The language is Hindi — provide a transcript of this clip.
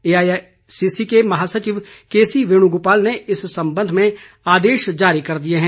एआईसीसी के महासचिव केसी वेणुगोपाल ने इस संबंध में आदेश जारी कर दिए हैं